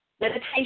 Meditation